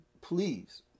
Please